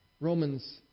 Romans